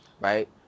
right